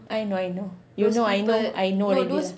I know I know you know I know I know already lah